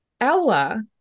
Ella